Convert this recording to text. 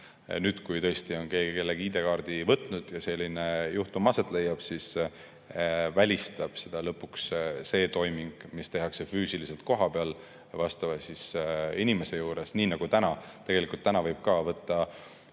Kui tõesti on keegi kellegi ID‑kaardi võtnud ja selline juhtum aset leiab, siis välistab selle lõpuks see toiming, mis tehakse füüsiliselt kohapeal vastava inimese juures, nii nagu tänagi. Tegelikult võib ükstapuha